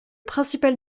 principal